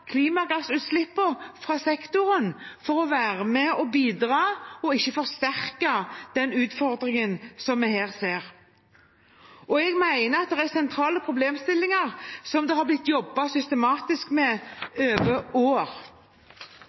fra sektoren, og ikke forsterke den utfordringen som vi her ser. Jeg mener at det er sentrale problemstillinger som det har blitt jobbet systematisk med over år.